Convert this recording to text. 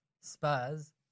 Spurs